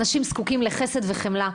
אנשים זקוקים לחסד וחמלה.